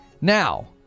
Now